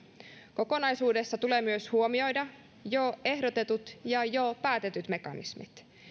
kokonaisuudessa tulee huomioida myös jo ehdotetut ja jo päätetyt mekanismit